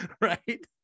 right